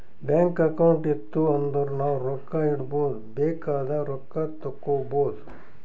bank account ಇತ್ತು ಅಂದುರ್ ನಾವು ರೊಕ್ಕಾ ಇಡ್ಬೋದ್ ಬೇಕ್ ಆದಾಗ್ ರೊಕ್ಕಾ ತೇಕ್ಕೋಬೋದು